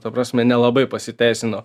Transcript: ta prasme nelabai pasiteisino